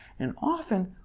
and often,